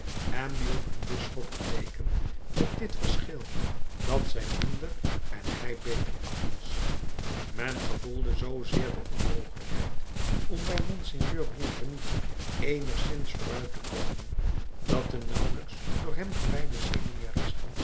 en die op hun bisschop geleken met dit verschil dat zij minder en hij beter af was men gevoelde zoozeer de onmogelijkheid om bij monseigneur bienvenu eenigszins vooruit te komen dat de nauwelijks door hem gewijde seminaristen